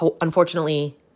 Unfortunately